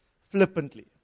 flippantly